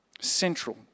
Central